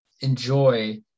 enjoy